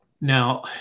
Now